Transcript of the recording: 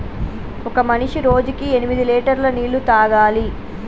ఒక మనిషి రోజుకి ఎనిమిది లీటర్ల నీళ్లు తాగాలి